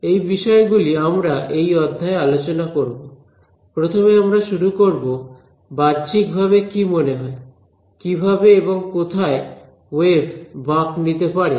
এই বিষয়গুলি আমরা এই অধ্যায়ে আলোচনা করব প্রথমে আমরা শুরু করব বাহ্যিকভাবে কি মনে হয় কিভাবে এবং কোথায় ওয়েভ বাঁক নিতে পারে